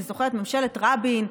אני זוכרת את ממשלת רבין,